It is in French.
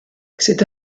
cette